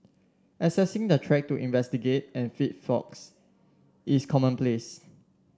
accessing the track to investigate and fix faults is commonplace